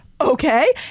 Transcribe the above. okay